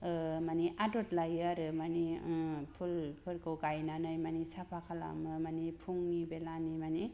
माने आदर लायो आरो माने ओ फुल फुलखौ गायनानै माने साफा खालामो माने फुंनि बेलानि माने